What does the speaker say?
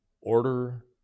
order